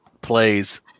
plays